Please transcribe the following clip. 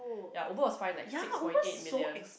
ya Uber was fined like six point eight million